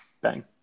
bang